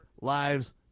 Lives